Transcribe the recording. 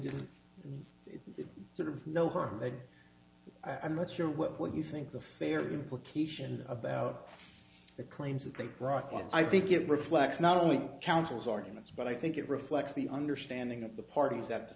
didn't sort of know what they did i am not sure what what you think the fair the implication about the claims that they brought on i think it reflects not only councils arguments but i think it reflects the understanding of the parties at the